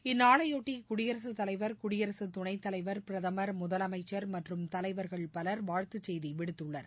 இந்நாளையொட்டி குடியரசுத் தலைவர் குடியரசுத் துணைத்தலைவர் பிரதமர் முதலமைச்சர் மற்றும் தலைவர்கள் பலர் வாழ்த்துச் செய்தி விடுத்துள்ளனர்